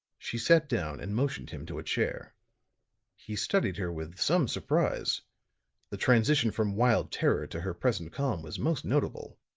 she sat down and motioned him to a chair he studied her with some surprise the transition from wild terror to her present calm was most notable.